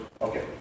Okay